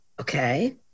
Okay